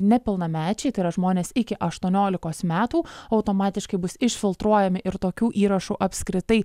nepilnamečiai tai yra žmonės iki aštuoniolikos metų automatiškai bus išfiltruojami ir tokių įrašų apskritai